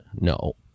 no